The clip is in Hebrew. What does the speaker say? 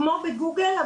כמו בגוגל,